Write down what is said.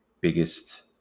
biggest